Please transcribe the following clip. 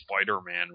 Spider-Man